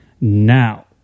now